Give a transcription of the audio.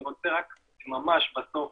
אני רוצה ממש בסוף